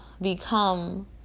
become